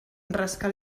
rasca